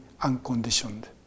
unconditioned